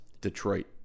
Detroit